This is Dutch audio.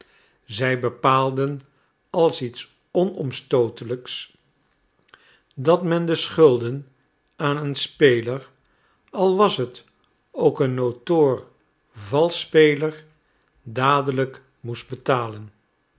zij bepaalden als iets onomstootelijks dat men de schulden aan een speler al was het ook een notorisch valsch speler dadelijk moest betalen